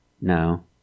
No